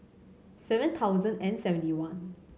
seven thousand and seventy one